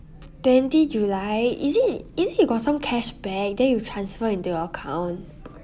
twenty july is it is it got some cashback then you transfer into your account